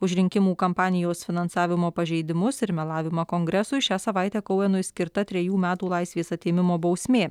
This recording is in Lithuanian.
už rinkimų kampanijos finansavimo pažeidimus ir melavimą kongresui šią savaitę kouenui skirta trejų metų laisvės atėmimo bausmė